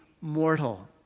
mortal